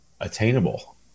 attainable